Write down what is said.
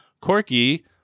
Corky